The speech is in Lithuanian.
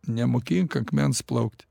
nemokink akmens plaukti